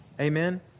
Amen